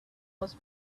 was